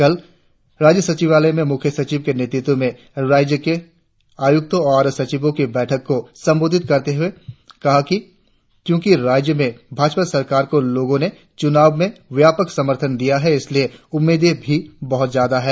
कल राज्य सचिवालय में मुख्य सचिव के नेतृत्व में राज्य के आयुक्तों और सचिवों की बैठक को संबोधित करते हुए कहा कि चूंकि राज्य में भाजपा सरकार को लोगों ने चूनावों में व्यापक समर्थन दिया है इसलिए उम्मीदे भी बहुत ज्यादा है